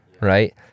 right